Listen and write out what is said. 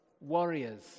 Warriors